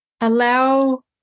allow